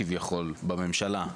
בממשלה,